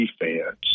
defense